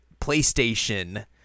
PlayStation